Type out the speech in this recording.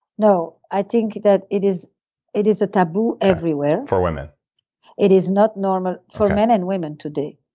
no, i think that it is it is a taboo everywhere for women it is not normal, for men and women today.